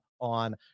on